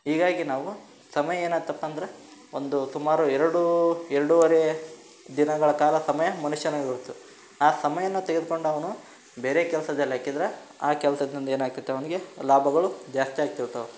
ಹೀಗಾಗಿ ನಾವು ಸಮಯ ಏನಾತಪ್ಪ ಅಂದ್ರೆ ಒಂದು ಸುಮಾರು ಎರಡು ಎರಡುವರೆ ದಿನಗಳ ಕಾಲ ಸಮಯ ಮನುಷ್ಯನಿಗೆ ಉಳಿತು ಆ ಸಮಯನ ತೆಗೆದ್ಕೊಂಡು ಅವನು ಬೇರೆ ಕೆಲ್ಸದಲ್ಲಿ ಹಾಕಿದ್ರ ಆ ಕೆಲ್ಸದಿಂದ ಏನು ಆಗ್ತೈತೆ ಅವ್ನಿಗೆ ಲಾಭಗಳು ಜಾಸ್ತಿ ಆಗ್ತಿರ್ತವೆ